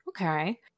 Okay